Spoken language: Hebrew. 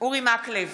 אורי מקלב,